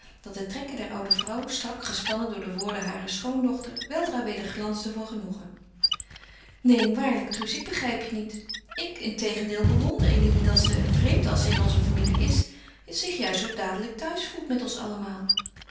dat de trekken der oude vrouw strak gespannen door de woorden harer schoondochter weldra weder glansden van genoegen neen waarlijk truus ik begrijp je niet ik integendeel bewonder eline dat ze vreemd als ze in onze familie is zich juist zoo dadelijk thuis voelt met ons allemaal